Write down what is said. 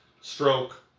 stroke